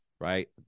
right